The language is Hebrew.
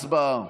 הצבעה.